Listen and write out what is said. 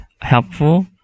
helpful